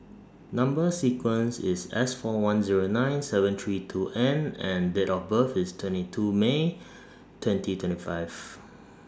Number sequence IS S four one Zero nine seven three two N and Date of birth IS twenty two May twenty twenty five